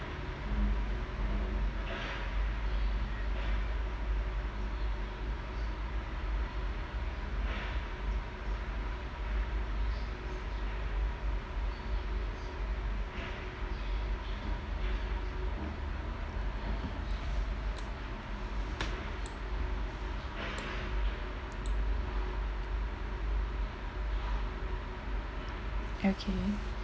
okay